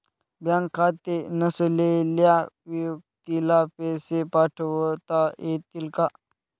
Bank खाते नसलेल्या व्यक्तीला पैसे पाठवता येतील का?